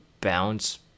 bounce